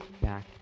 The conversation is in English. back